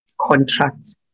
contracts